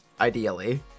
ideally